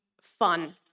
fun